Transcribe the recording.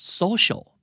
social